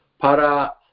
para